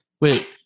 Wait